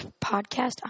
Podcast